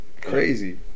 crazy